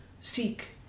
seek